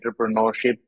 entrepreneurship